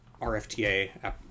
RFTA